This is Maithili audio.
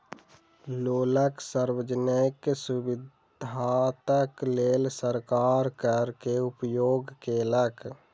लोकक सार्वजनिक सुविधाक लेल सरकार कर के उपयोग केलक